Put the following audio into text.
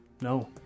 No